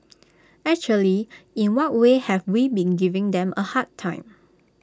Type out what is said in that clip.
actually in what way have we been giving them A hard time